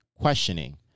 questioning